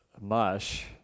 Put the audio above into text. mush